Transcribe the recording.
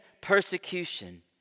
persecution